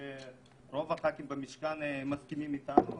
רוב חברי הכנסת במשכן מסכימים איתנו.